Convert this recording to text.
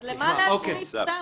אז למה להשמיץ סתם?